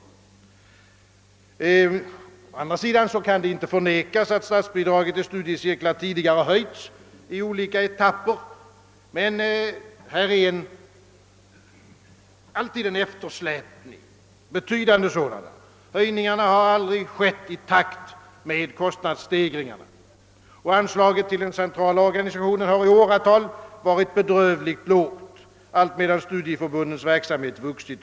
Å andra sidan kan det inte förnekas att statsbidraget till studiecirklar tidigare har höjts i olika etapper, men det har alltid varit en betydande eftersläp ning. Höjningarna har aldrig skett i takt med kostnadsstegringarna, och anslaget till den organisatoriska verksamheten har i åratal varit bedrövligt lågt allt medan studieförbundens verksamhet vuxit.